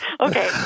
Okay